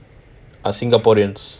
are singaporeans